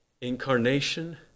incarnation